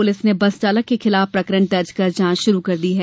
police ने bus चालक के खिलाफ प्रकरण दर्ज कर जांच शुरु कर दी है